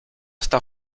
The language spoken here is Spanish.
está